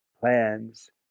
plans